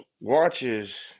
watches